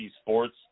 Sports